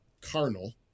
carnal